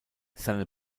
seine